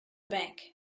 bank